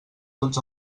tots